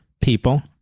people